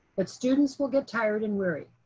but students will get tired and weary.